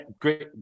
great